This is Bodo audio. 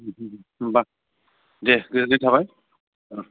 होनबा देह गोजोननाय थाबाय